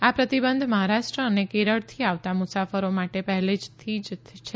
આ પ્રતિબંધ મહારાષ્ટ્ર અને કેરળથી આવતા મુસાફરો માટે પહેલેથી જ છે